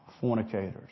fornicators